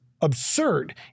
absurd